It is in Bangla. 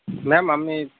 ম্যাম আমি